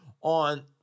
on